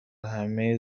همه